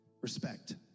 respect